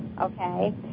okay